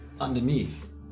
underneath